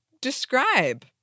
describe